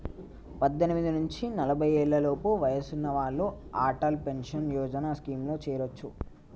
పద్దెనిమిది నుంచి నలభై ఏళ్లలోపు వయసున్న వాళ్ళు అటల్ పెన్షన్ యోజన స్కీమ్లో చేరొచ్చు